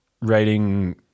writing